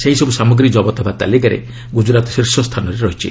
ଏହିସବ୍ ସାମଗ୍ରୀ ଜବତ ହେବା ତାଲିକାରେ ଗ୍ରଜରାତ ଶୀର୍ଷ ସ୍ଥାନରେ ରହିଛି